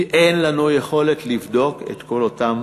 כי אין לנו יכולת לבדוק את כל אותם